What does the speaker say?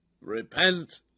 Repent